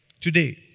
Today